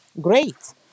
great